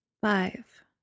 Five